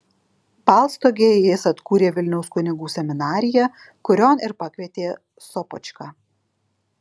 balstogėje jis atkūrė vilniaus kunigų seminariją kurion ir pakvietė sopočką